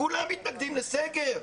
כולם מתנגדים לסגר,